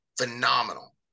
phenomenal